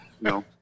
No